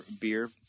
beer